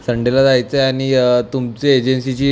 संडेला जायचं आहे आणि तुमची एजन्सीची